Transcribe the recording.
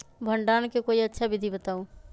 भंडारण के कोई अच्छा विधि बताउ?